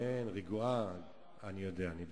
כן, רגועה, אני יודע, אני בטוח,